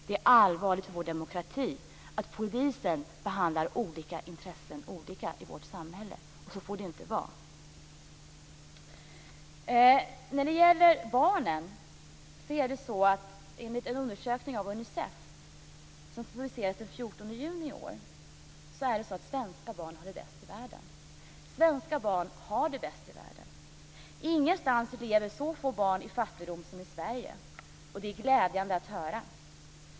Det är allvarligt för vår demokrati att polisen behandlar olika intressen olika i vårt samhälle. Så får det inte vara. Enligt en undersökning av Unicef som publicerades den 14 juni i år har svenska barn det bäst i världen. Svenska barn har det bäst i världen! Ingenstans lever så få barn i fattigdom som i Sverige. Det är glädjande att höra.